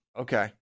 Okay